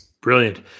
Brilliant